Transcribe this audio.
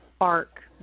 arc